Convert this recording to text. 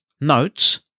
Notes